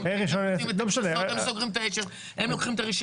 לא, רגע,